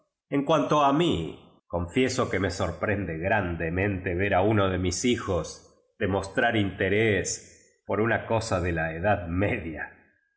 en cuanto a mí confieso que me sorprende grandemente ver a uno de ruis hijos demostrar interés por una cosa de la edad media